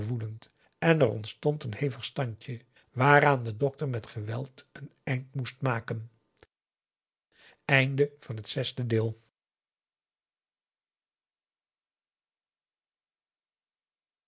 en er ontstond een hevig standje waaraan de dokter met geweld een einde moest maken